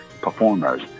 performers